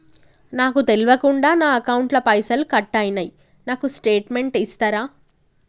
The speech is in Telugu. నాకు తెల్వకుండా నా అకౌంట్ ల పైసల్ కట్ అయినై నాకు స్టేటుమెంట్ ఇస్తరా?